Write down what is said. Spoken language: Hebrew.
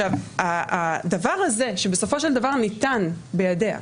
הדבר הזה שבסופו של דבר ניתן בידיה,